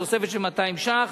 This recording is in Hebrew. תוספת של 200 ש"ח,